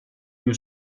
mio